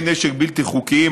כלי נשק בלתי חוקיים,